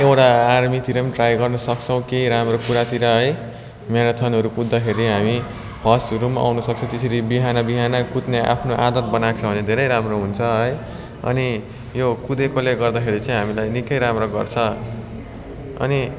एउटा आर्मीतिर पनि ट्राई गर्नु सक्छौँ केही राम्रो कुरातिर है म्याराथनहरू कुद्दाखेरि हामी फर्स्टहरू पनि आउन सक्छौँ त्यसरी बिहान बिहान कुद्ने आफ्नो आदत बनाएको छ भने धेरै राम्रो हुन्छ है अनि यो कुदेकोले गर्दाखेरि चाहिँ हामीलाई निकै राम्रो गर्छ अनि